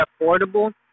affordable